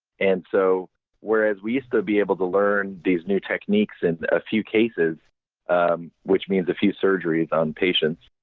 and so whereas, we used to be able to learn these new techniques and a few cases which means a few surgeries on patients.